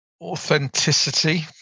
Authenticity